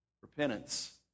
Repentance